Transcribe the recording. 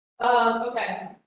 Okay